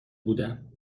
بودم